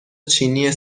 چینی